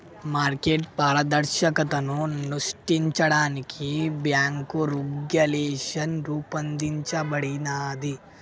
market పారదర్శకతను సృష్టించడానికి bank regulation రూపొందించబడినాది